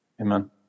Amen